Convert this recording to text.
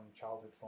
childhood